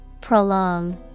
prolong